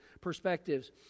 perspectives